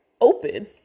open